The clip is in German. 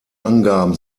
angaben